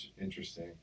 interesting